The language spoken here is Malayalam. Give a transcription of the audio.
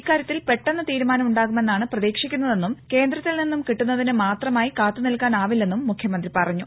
ഇക്കാര്യത്തിൽ പെട്ടെന്ന് തീരുമാനം ഉണ്ടാകുമെന്നാണ് പ്രതീക്ഷിക്കുന്നതെന്നും കേന്ദ്രത്തിൽ നിന്നും കിട്ടുന്നതിന് മാത്രമായി കാത്തുനിൽക്കാനാവില്ലെന്നും മുഖ്യമന്ത്രി പറഞ്ഞു